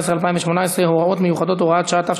ו-2018 (הוראות מיוחדות) (הוראת שעה),